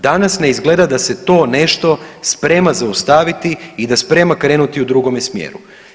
Danas ne izgleda da se to nešto sprema zaustaviti i da sprema krenuti u drugome smjeru.